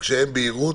וכשאין בהירות,